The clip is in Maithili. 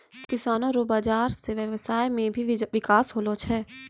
किसानो रो बाजार से व्यबसाय मे भी बिकास होलो छै